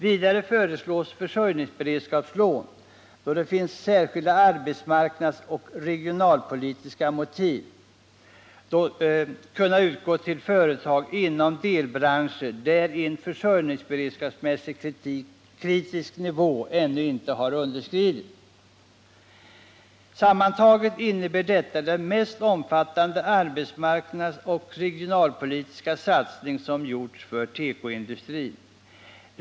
Vidare föreslås att försörjningsberedskapslån, då det finns särskilda arbetsmarknadsoch regionalpolitiska motiv, skall kunna utgå till företag inom delbranscher, där en försörjningsberedskapsmässigt kritisk nivå ännu inte har underskridits. Sammantaget innebär detta den mest omfattande arbetsmarknadsoch regionalpolitiska satsning som gjorts för tekoindustrin.